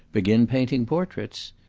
begin painting portraits.